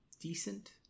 Decent